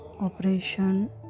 operation